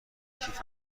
کیف